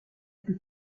plus